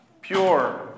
pure